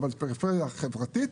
אבל הם בפריפריה חברתית,